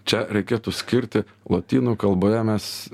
čia reikėtų skirti lotynų kalboje mes